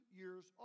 years